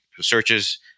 searches